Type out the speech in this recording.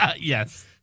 Yes